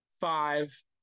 five